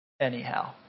anyhow